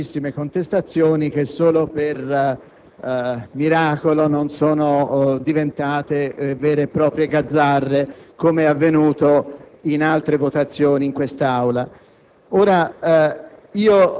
che hanno dato luogo a vivacissime contestazioni e che solo per miracolo non sono diventate vere e proprie gazzarre, come avvenuto in altre votazioni in questa Aula.